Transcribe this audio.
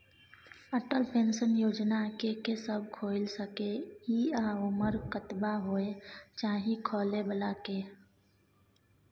Atal pension योजना के के सब खोइल सके इ आ उमर कतबा होय चाही खोलै बला के?